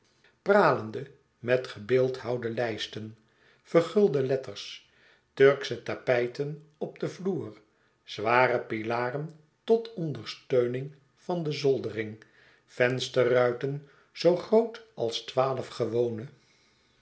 pralende met gebeeldhouwde iijsten vergulde letters turksche tapijten op den vloer zware pilaren tot ondersteuning van de zoldering vensterruiten zoo groot als twaalf gewone